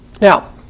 Now